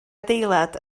adeilad